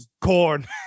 corn